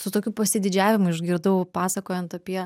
su tokiu pasididžiavimu išgirdau pasakojant apie